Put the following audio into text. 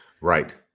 Right